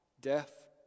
death